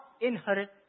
inherit